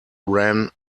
ran